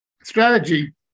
Strategy